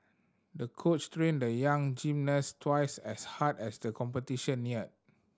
the coach trained the young gymnast twice as hard as the competition neared